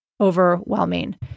overwhelming